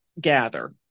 gather